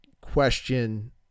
question